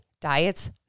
diets